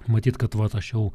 matyt kad vat aš jau